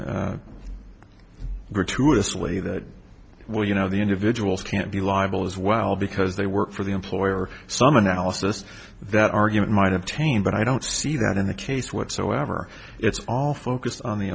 know gratuitously that well you know the individuals can't be liable as well because they work for the employer or some analysis that argument might obtain but i don't see that in the case whatsoever it's all focused on the